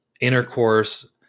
intercourse